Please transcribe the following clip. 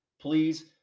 Please